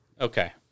Okay